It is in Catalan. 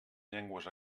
llengües